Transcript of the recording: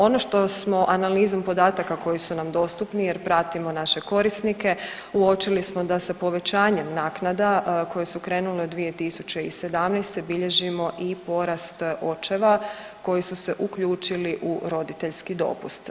Ono što smo analizom podataka koji su nam dostupni jer pratimo naše korisnike uočili smo da sa povećanjem naknada koje su krenule od 2017. bilježimo i porast očeva koji su se uključili u roditeljski dopust.